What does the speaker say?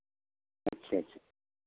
अच्छा अच्छा